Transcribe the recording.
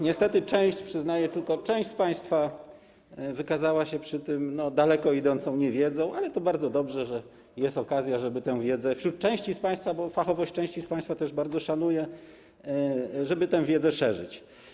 Niestety część, przyznaję, tylko część z państwa wykazała się przy tym daleko idącą niewiedzą, ale bardzo dobrze, że jest okazja, żeby wśród części z państwa, bo fachowość części z państwa też bardzo szanuję, tę wiedzę szerzyć.